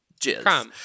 jizz